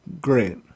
great